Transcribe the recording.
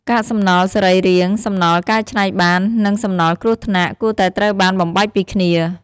កាកសំណល់សរីរាង្គ សំណល់កែច្នៃបាន និងសំណល់គ្រោះថ្នាក់ គួរតែត្រូវបានបំបែកពីគ្នា។